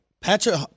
Patrick